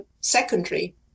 secondary